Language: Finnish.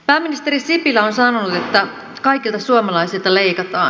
pääministeri sipilä on sanonut että kaikilta suomalaisilta leikataan